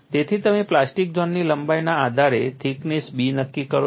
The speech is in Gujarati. તેથી તમે પ્લાસ્ટિક ઝોનની લંબાઈના આધારે થિકનેસ B નક્કી કરો છો